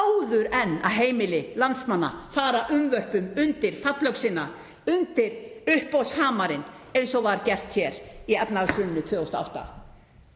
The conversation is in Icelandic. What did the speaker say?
áður en heimili landsmanna fara unnvörpum undir fallöxina, undir uppboðshamarinn eins og var gert hér í efnahagshruninu 2008.